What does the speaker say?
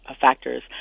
factors